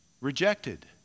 rejected